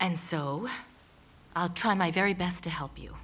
and so i'll try my very best to help you